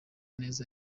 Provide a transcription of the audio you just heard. neza